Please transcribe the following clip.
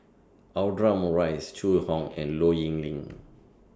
Audra Morrice Zhu Hong and Low Yen Ling